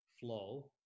flow